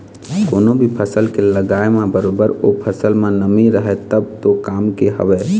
कोनो भी फसल के लगाय म बरोबर ओ फसल म नमी रहय तब तो काम के हवय